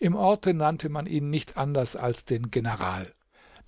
im orte nannte man ihn nicht anders als den general